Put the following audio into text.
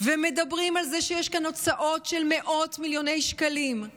ומדברים על זה שיש כאן הוצאות של מאות מיליוני שקלים,